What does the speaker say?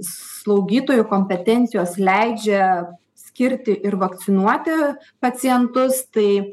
slaugytojų kompetencijos leidžia skirti ir vakcinuoti pacientus tai